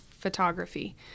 photography